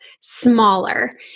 smaller